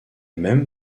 même